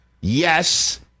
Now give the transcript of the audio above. Yes